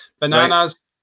Bananas